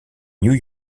new